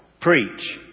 Preach